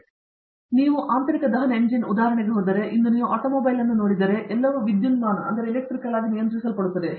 ಮತ್ತೊಮ್ಮೆ ನೀವು ಆಂತರಿಕ ದಹನ ಎಂಜಿನ್ ಉದಾಹರಣೆಗೆ ಹೋದರೆ ಇಂದು ನೀವು ಆಟೋಮೊಬೈಲ್ ಅನ್ನು ನೋಡಿದರೆ ಎಲ್ಲವೂ ವಿದ್ಯುನ್ಮಾನವಾಗಿ ನಿಯಂತ್ರಿಸಲ್ಪಡುತ್ತದೆ